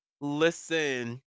listen